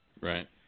Right